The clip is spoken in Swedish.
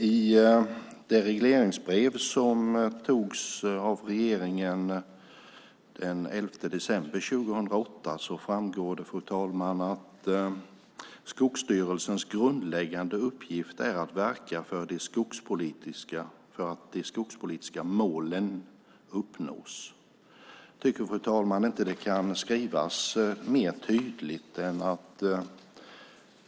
Ur det regleringsbrev som togs av regeringen den 11 december 2008 framgår det, fru talman, att "Skogsstyrelsens grundläggande uppgift är att verka för att de skogspolitiska målen nås". Jag tycker, fru talman, inte att det kan skrivas tydligare.